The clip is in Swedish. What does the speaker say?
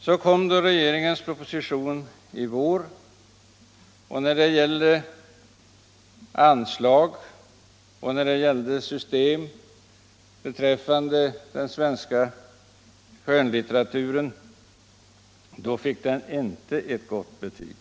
Så kom då regeringens proposition i vår. När det gällde anslag och system beträffande den svenska skönlitteraturen fick den inte ett gott betyg.